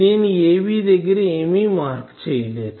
నేను a b దగ్గర ఏమి మార్క్ చేయలేదు